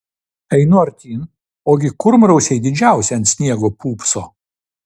einu artyn ogi kurmrausiai didžiausi ant sniego pūpso